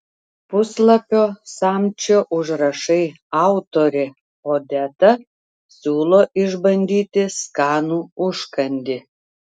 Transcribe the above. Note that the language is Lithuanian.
puslapio samčio užrašai autorė odeta siūlo išbandyti skanų užkandį